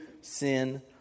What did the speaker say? sin